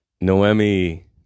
Noemi